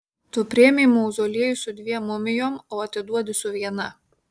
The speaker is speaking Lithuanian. tu priėmei mauzoliejų su dviem mumijom o atiduodi su viena